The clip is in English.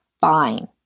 fine